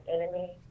enemy